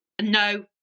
No